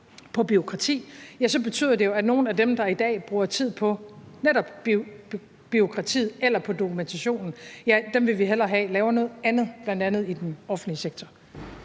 på bureaukrati, betyder det selvfølgelig, at nogle af dem, der i dag bruger tid på netop bureaukratiet eller på dokumentationen, vil vi hellere have laver noget andet, bl.a. i den offentlige sektor.